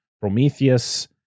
prometheus